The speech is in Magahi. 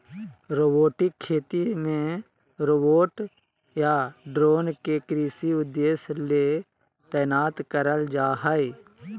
रोबोटिक खेती मे रोबोट या ड्रोन के कृषि उद्देश्य ले तैनात करल जा हई